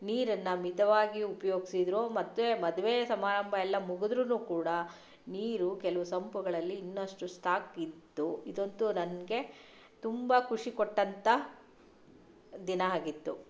ನೀರನ್ನು ಮಿತವಾಗಿ ಉಪಯೋಗ್ಸಿದ್ರು ಮತ್ತು ಮದುವೆ ಸಮಾರಂಭ ಎಲ್ಲ ಮುಗುದ್ರೂ ಕೂಡ ನೀರು ಕೆಲವು ಸಂಪುಗಳಲ್ಲಿ ಇನ್ನಷ್ಟು ಸ್ಟಾಕ್ ಇತ್ತು ಇದಂತೂ ನನಗೆ ತುಂಬ ಖುಷಿ ಕೊಟ್ಟಂಥ ದಿನ ಆಗಿತ್ತು